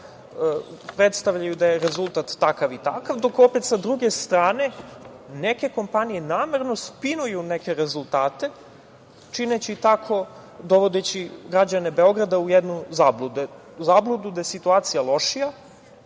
predstavljaju da je rezultat takav i takav dok opet sa druge strane, neke kompanije namerno spinuju neke rezultate čineći tako i dovodeći građane Beograda u jednu zabludu. Zabludu da je situacija lošija,